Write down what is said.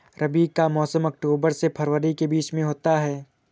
रबी का मौसम अक्टूबर से फरवरी के बीच में होता है